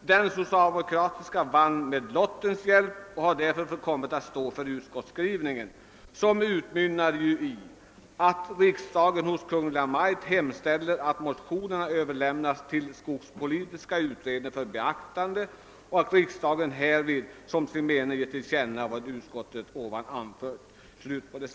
Den socialdemokratiska delen kom med lottens hjälp att stå för utskottsmajoritetens skrivning, som utmynnar i ett yrkande om »att riksdagen hos Kungl. Maj:t hemställer att motionerna ——— överlämnas till skogspolitiska utredningen för beaktande och att riksdagen härvid som sin mening ger till känna vad utskottet ovan anfört».